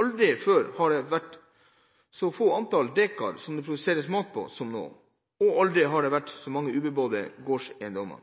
Aldri før har det vært et så lavt antall dekar som det produseres mat på, som nå. Og aldri har det vært så mange ubebodde gårdseiendommer.